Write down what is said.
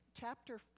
chapter